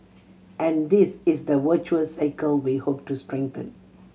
and this is the virtuous cycle we hope to strengthen